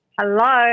Hello